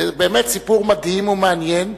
באמת, סיפור מדהים ומעניין,